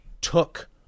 took